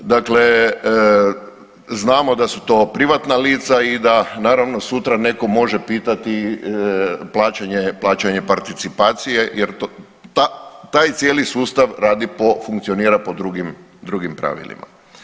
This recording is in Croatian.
Dakle, znamo da su to privatna lica i da naravno sutra neko može pitati plaćanje participacije jer taj cijeli sustav radi, funkcionira po drugim pravilima.